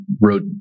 wrote